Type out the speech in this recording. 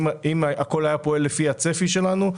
אם הכול היה פועל לפי הצפי שלנו,